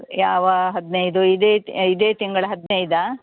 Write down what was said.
ಯಾವ ಹದಿನೈದು ಇದೆ ತಿ ಇದೇ ತಿಂಗಳ ಹದಿನೈದಾ